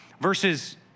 Verses